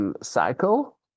cycle